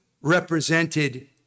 represented